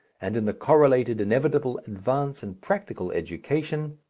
and in the correlated inevitable advance in practical education,